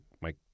Mike